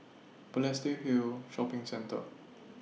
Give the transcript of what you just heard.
Balestier Hill Shopping Centre